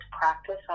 practice